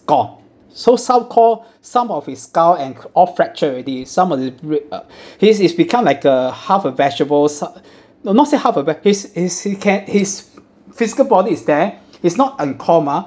gone so some call some of his skull and all fractured already some of the re~ uh his is become like a half a vegetable so~ no not say half a ve~ his is he ca~ his physical body is there is not um coma